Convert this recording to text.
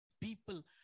People